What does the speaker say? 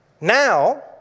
now